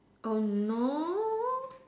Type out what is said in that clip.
no